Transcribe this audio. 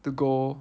to go